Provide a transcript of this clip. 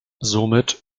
somit